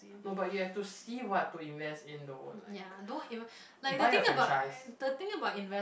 no but you have to see what to invest in though like buy a franchise